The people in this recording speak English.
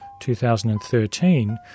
2013